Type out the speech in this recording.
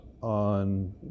on